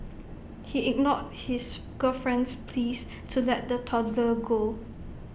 he ignored his girlfriend's pleas to let the toddler go